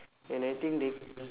and I think they